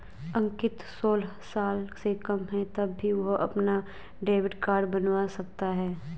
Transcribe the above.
अंकित सोलह साल से कम है तब भी वह अपना डेबिट कार्ड बनवा सकता है